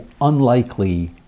unlikely